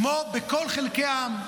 כמו בכל חלקי העם.